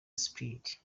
spread